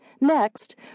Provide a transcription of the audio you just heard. Next